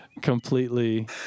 completely